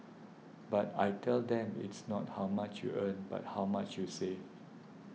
but I tell them it's not how much you earn but how much you save